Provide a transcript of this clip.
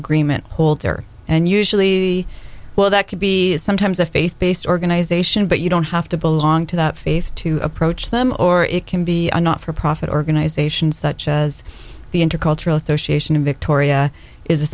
agreement holder and usually well that could be sometimes a faith based organization but you don't have to belong to that faith to approach them or it can be a not for profit organization such as the intercultural association in victoria is a